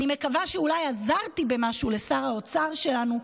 אני מקווה שאולי עזרתי במשהו לשר האוצר שלנו.